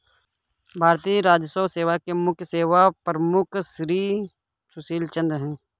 भारतीय राजस्व सेवा के मुख्य सेवा प्रमुख श्री सुशील चंद्र हैं